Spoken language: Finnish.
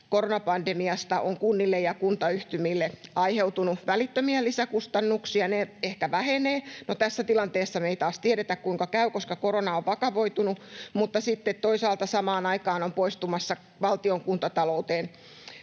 koronapandemiasta on kunnille ja kuntayhtymille aiheutunut välittömiä lisäkustannuksia. Ne ehkä vähenevät. No tässä tilanteessa me ei taas tiedetä, kuinka käy, koska korona on vakavoitunut. Sitten toisaalta samaan aikaan ovat poistumassa valtion kuntatalouteen